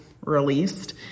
released